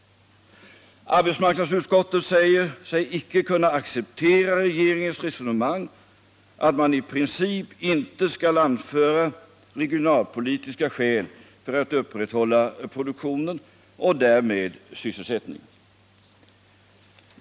Arbetsmarknadsutskottet säger sig icke kunna acceptera regeringens resonemang att man i princip inte skall anföra regionalpolitiska skäl för att upprätthålla produktionen och därmed sysselsättningen.